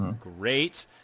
great